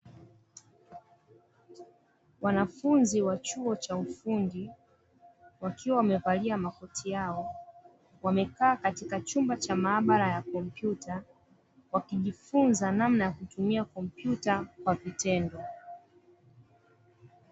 Wanafunzi wa chuo cha ufundi wakiwa wamevalia makoti yao, wamekaa katika chumba cha maabara ya kompyuta wakijifunza namna ya kutumia kompyuta kwa vitendo.